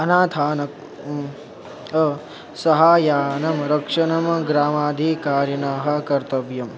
अनाथानां सहायं रक्षणं ग्रामाधिकारिणः कर्तव्यम्